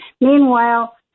Meanwhile